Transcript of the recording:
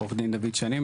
אני עורך דין דוד שני,